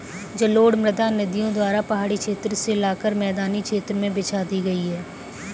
जलोढ़ मृदा नदियों द्वारा पहाड़ी क्षेत्रो से लाकर मैदानी क्षेत्र में बिछा दी गयी है